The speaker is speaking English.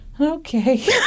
Okay